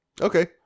Okay